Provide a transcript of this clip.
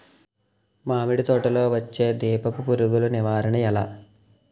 మామిడి తోటలో వచ్చే దీపపు పురుగుల నివారణ ఎలా?